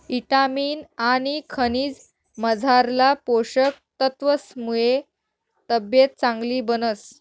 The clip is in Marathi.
ईटामिन आनी खनिजमझारला पोषक तत्वसमुये तब्येत चांगली बनस